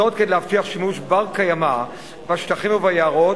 זאת כדי להבטיח שימוש בר-קיימא בשטחים וביערות